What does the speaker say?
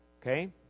okay